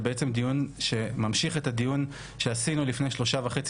זה בעצם דיון שממשיך את הדיון שעשינו לפני שלושה וחצי